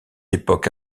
époque